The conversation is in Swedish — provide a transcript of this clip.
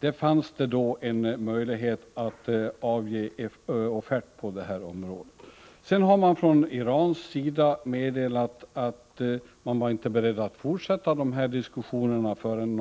Det fanns då förutsättningar för att avge en offert på området. Från Irans sida meddelades emellertid att man inte var beredd att fortsätta dessa diskussioner förrän